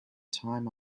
time